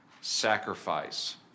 sacrifice